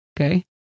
Okay